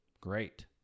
great